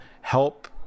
help